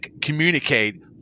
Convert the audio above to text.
communicate